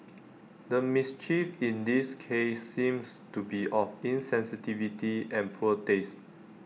the mischief in this case seems to be of insensitivity and poor taste